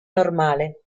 normale